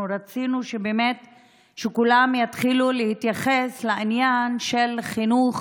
אנחנו רצינו שכולם יתחילו להתייחס לעניין של חינוך